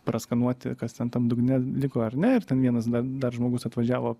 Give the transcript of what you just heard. praskanuoti kas ten tam dugne liko ar ne ir ten vienas da dar žmogus atvažiavo